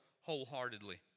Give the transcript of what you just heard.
wholeheartedly